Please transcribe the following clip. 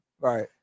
Right